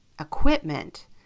equipment